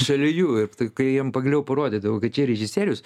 šalia jų ir kai jiem pagaliau parodydavau kad čia režisierius